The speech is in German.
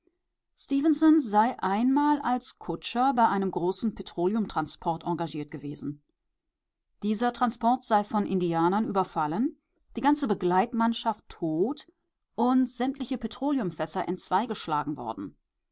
sei einmal als kutscher bei einem großen petroleumtransport engagiert gewesen dieser transport sei von indianern überfallen die ganze begleitmannschaft tot und sämtliche petroleumfässer entzweigeschlagen worden